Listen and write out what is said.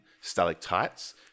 stalactites